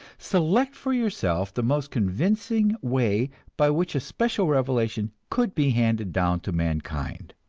select for yourself the most convincing way by which a special revelation could be handed down to mankind.